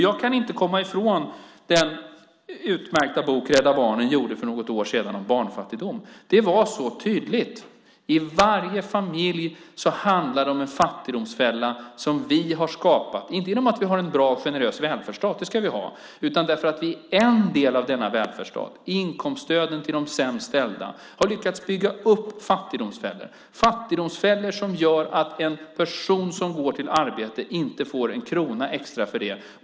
Jag kan inte komma ifrån den utmärkta bok Rädda Barnen gav ut för något år sedan om barnfattigdom. Det var så tydligt. I varje familj handlar det om en fattigdomsfälla som vi har skapat, inte genom att vi har en bra och generös välfärdsstat - det ska vi ha - utan för att vi i en del av denna välfärdsstat, inkomststöden till de sämst ställda, har lyckats bygga upp fattigdomsfällor. Det är fattigdomsfällor som gör att en person som går till arbete inte får en krona extra för det.